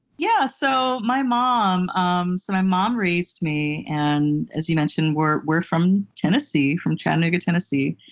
yeah. so my mom um so my mom raised me, and as you mentioned we're we're from tennessee, from chattanooga, tennessee.